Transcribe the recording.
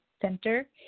center